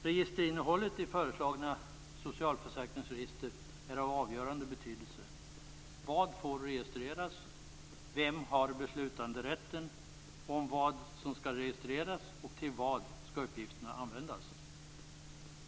Registerinnehållet i föreslagna socialförsärkringsregister är av avgörande betydelse. Vad får registreras? Vem har beslutanderätten om vad som skall registreras? Till vad skall uppgifterna användas?